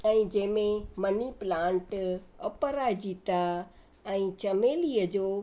ऐं जंहिं में मनी प्लांट अपराजिता ऐं चमेलीअ जो